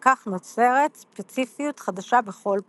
וכך נוצרת ספציפיות חדשה בכל פעם.